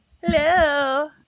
Hello